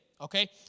Okay